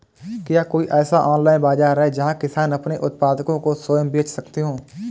क्या कोई ऐसा ऑनलाइन बाज़ार है जहाँ किसान अपने उत्पादकों को स्वयं बेच सकते हों?